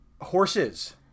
Horses